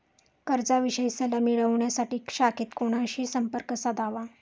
कर्जाविषयी सल्ला मिळवण्यासाठी शाखेत कोणाशी संपर्क साधावा?